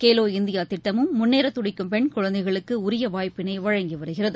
Khelo India திட்டமும் முன்னேற துடிக்கும் பெண்குழந்தைகளுக்கு உரிய வாய்ப்பினை வழங்கி வருகிறது